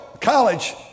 college